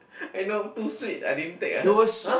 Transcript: I know too sweet I didn't take I heard !huh!